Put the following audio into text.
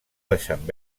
deixant